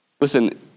listen